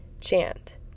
chant